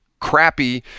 Crappy